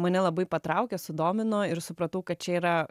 mane labai patraukė sudomino ir supratau kad čia yra